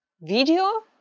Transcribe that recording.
video